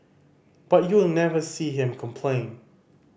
but you will never see him complain